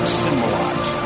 symbolize